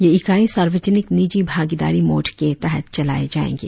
यह इकाई सार्वजनिक निजी भागीदारी मोड़ के तहत चलाए जाएंगे